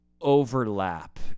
overlap